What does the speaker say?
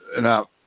Now